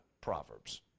proverbs